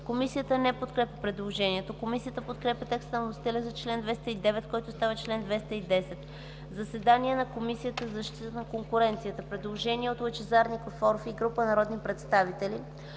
Комисията не подкрепя предложението. Комисията подкрепя текста на вносителя за чл. 209, който става чл. 210. „Заседания на Комисията за защита на конкуренцията”. Предложение от народни представители